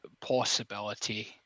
possibility